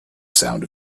sound